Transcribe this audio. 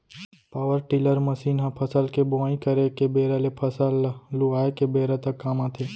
power tiller machine ह फसल के बोवई करे के बेरा ले फसल ल लुवाय के बेरा तक काम आथे